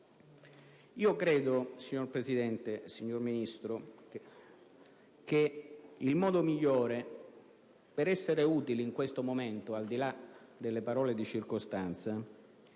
Io credo, signor Presidente, signor Ministro, che il modo migliore per essere utili in questo momento, al di là delle parole di circostanza,